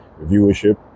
viewership